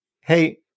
hey